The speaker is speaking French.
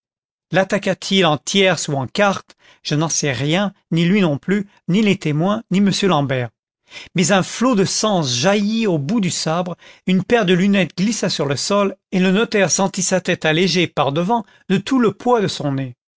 lattaqua t il en tierce ou en quarte je n'en sais rien ni lui non plus ni les témoins ni m l'ambert mais un flot de sang jaillit au bout du sabre une paire de lunettes glissa sur le sol et le notaire sentit sa tête allégée par de vant de tout le poids de son nez